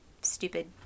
stupid